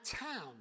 town